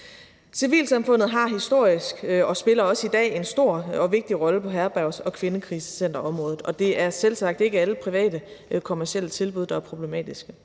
Civilsamfundet har historisk spillet og spiller også i dag en stor og vigtig rolle på herbergs- og kvindekrisecenterområdet, og det er selvsagt ikke alle private kommercielle tilbud, der er problematiske.